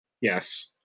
Yes